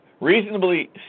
reasonably